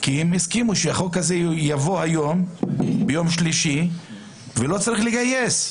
כי הם הסכימו שהחוק הזה יבוא היום ביום שלישי ולא צריך לגייס,